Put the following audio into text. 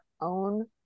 own